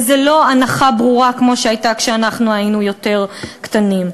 וזו לא הנחה ברורה כמו שהייתה כשאנחנו היינו יותר קטנים.